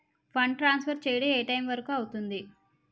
Fund transfer చేయడం ఏ time వరుకు అవుతుంది?